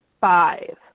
five